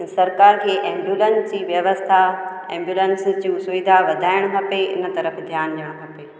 सरकार खे एंबुलंस जी व्यवस्था एंबुलंस जूं सुविधा वधाइणु खपे इन तर्फ़ु ध्यानु ॾियणो खपे